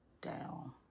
down